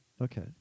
Okay